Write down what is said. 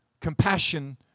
Compassion